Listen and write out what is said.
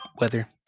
weather